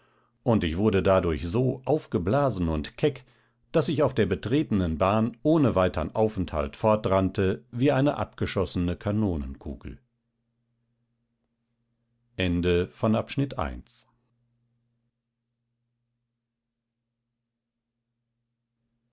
und ich wurde dadurch so aufgeblasen und keck daß ich auf der betretenen bahn ohne weitern aufenthalt fortrannte wie eine abgeschossene kanonenkugel